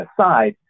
aside